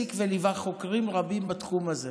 הוא העסיק וליווה חוקרים רבים בתחום הזה,